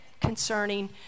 concerning